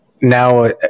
now